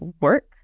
work